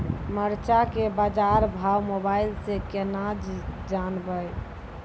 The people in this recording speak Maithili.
मरचा के बाजार भाव मोबाइल से कैनाज जान ब?